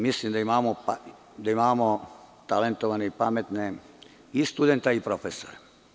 Mislim da imamo talentovane i pametne i studente i profesore.